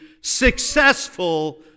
successful